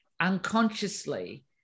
unconsciously